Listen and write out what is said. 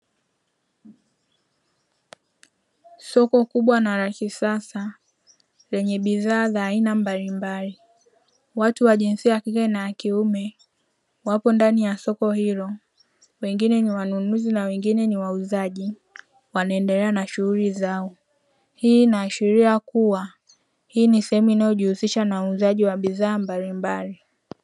Soko kubwa na la kisasa lenye bidhaa za aina mbalimbali watu wenye jinsia ya kike na kiume, wapo ndani ya soko hilo wengine ni wanunuzi wengine ni wauzaji wanaendelea na shughuli zao hii inaashiria kuwa ni sehemu inayohusika na uuzaji wa bidhaa mbalimbali.